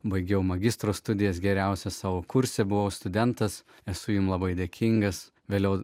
baigiau magistro studijas geriausia savo kurse buvau studentas esu jums labai dėkingas vėliau